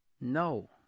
No